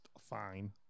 fine